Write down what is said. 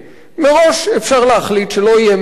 מראש אפשר להחליט שלא יהיה ממונה.